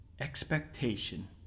expectation